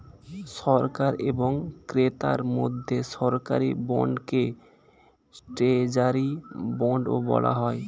সরকার এবং ক্রেতার মধ্যে সরকারি বন্ডকে ট্রেজারি বন্ডও বলা হয়